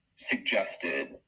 Suggested